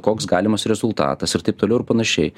koks galimas rezultatas ir taip toliau ir panašiai